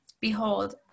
behold